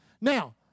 Now